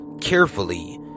carefully